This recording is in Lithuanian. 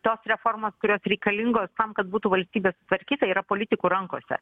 tos reformos kurios reikalingos tam kad būtų valstybė sutvarkyta yra politikų rankose